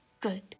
Good